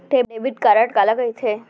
Debit card काला कहिथे?